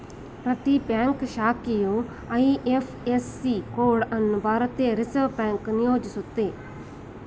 ಪ್ರತಿ ಬ್ಯಾಂಕ್ ಶಾಖೆಯು IFSC code ಅನ್ನು ಭಾರತೀಯ ರಿವರ್ಸ್ ಬ್ಯಾಂಕ್ ನಿಯೋಜಿಸುತ್ತೆ